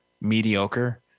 mediocre